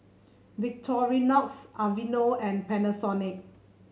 Victorinox Aveeno and Panasonic